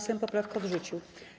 Sejm poprawkę odrzucił.